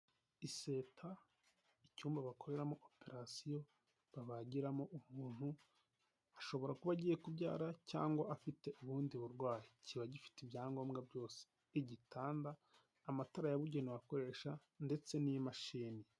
Iseta, icyumba bakoreramo operasiyo babagiramo umuntu, ashobora kuba agiye kubyara cyangwa afite ubundi burwayi, kiba gifite ibyangombwa byose igitanda, amatara yabugenewe akoreshwa, ndetse n'imashini.